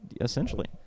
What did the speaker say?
Essentially